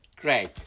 Great